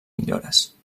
millores